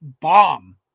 bomb